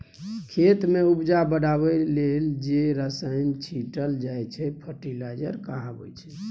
खेत मे उपजा बढ़ाबै लेल जे रसायन छीटल जाइ छै फर्टिलाइजर कहाबै छै